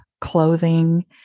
clothing